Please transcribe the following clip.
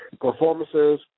performances